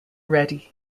reddy